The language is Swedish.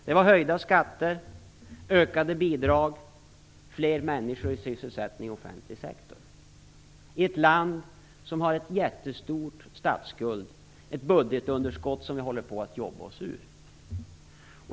Det var höjda skatter, ökade bidrag och fler människor i sysselsättning i offentlig sektor - detta i ett land som har en jättestor statsskuld och ett budgetunderskott som vi håller på att jobba oss ur.